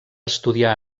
estudiar